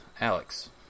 Alex